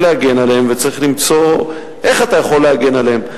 להגן עליהן וצריך למצוא איך אתה יכול להגן עליהן.